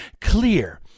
clear